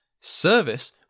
service